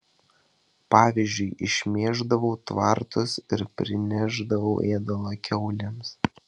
pavyzdžiui išmėždavau tvartus ir prinešdavau ėdalo kiaulėms